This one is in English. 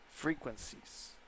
frequencies